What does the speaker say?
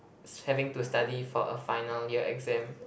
having to study for a final year exam